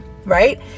Right